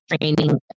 training